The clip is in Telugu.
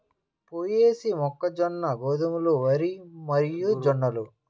పొయేసీ, మొక్కజొన్న, గోధుమలు, వరి మరియుజొన్నలు